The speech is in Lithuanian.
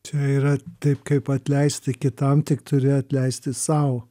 čia yra taip kaip atleisti kitam tik turi atleisti sau